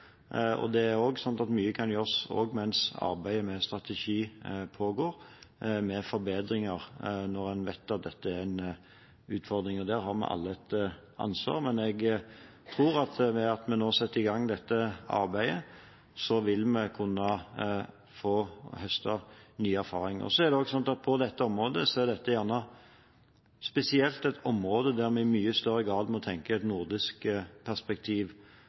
Det er også sånn at mye kan gjøres når det gjelder forbedringer mens arbeidet med strategien pågår, for vi vet at dette er en utfordring, og der har vi alle et ansvar. Men jeg tror at når vi nå setter i gang dette arbeidet, vil vi kunne høste nye erfaringer. Så er det også sånn at dette er et spesielt område der vi i mye større grad må tenke i et nordisk perspektiv